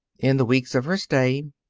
in the weeks of her stay,